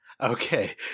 Okay